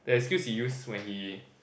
the excuse he use when he